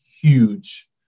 huge